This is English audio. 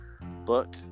book